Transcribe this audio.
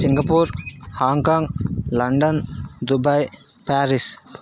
Singapore Hong Kong London Dubai Paris